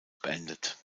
beendet